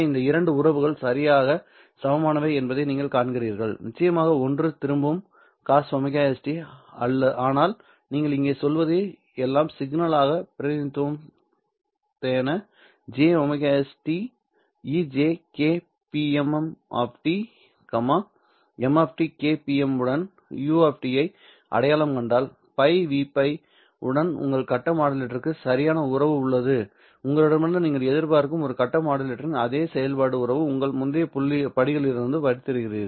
இந்த இரண்டு உறவுகள் சரியாக சமமானவை என்பதை நீங்கள் காண்கிறீர்கள் நிச்சயமாக ஒன்று திரும்பும் cos ωst ஆனால் நீங்கள் இங்கே சொல்வது எல்லாம் சிக்கலான பிரதிநிதித்துவம் தேனீ jωs t e jK pmm m K pm உடன் u ஐ அடையாளம் கண்டால் π V π பின்னர் உங்கள் கட்ட மாடுலேட்டருக்கு சரியாக உள்ளது உங்களிடமிருந்து நீங்கள் எதிர்பார்க்கும் ஒரு கட்ட மாடுலேட்டரின் அதே செயல்பாட்டு உறவு உங்கள் முந்தைய படிப்புகளிலிருந்து படித்திருக்கிறீர்கள்